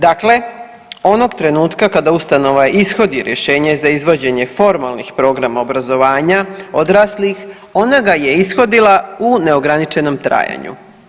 Dakle, onog trenutka kada ustanova ishodi rješenje za izvođenje formalnih programa obrazovanja odraslih, ona ga je ishodila u neograničenom trajanju.